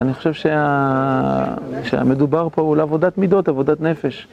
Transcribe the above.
אני חושב שהמדובר פה הוא לעבודת מידות, עבודת נפש